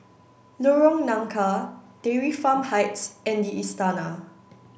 Lorong Nangka Dairy Farm Heights and The Istana